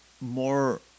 more